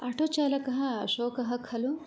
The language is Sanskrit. आटो चालकः अशोकः खलु